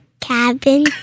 Cabin